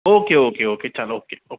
okay okay okay चल okay